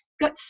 Got